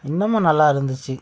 இன்னமும் நல்லா இருந்திச்சு